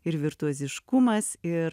ir virtuoziškumas ir